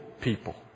people